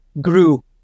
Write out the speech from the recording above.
grew